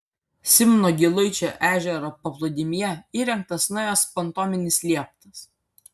simno giluičio ežero paplūdimyje įrengtas naujas pontoninis lieptas